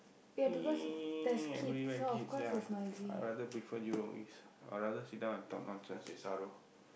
every where kids ya I rather prefer Jurong-East I rather sit down and talk nonsense with Saro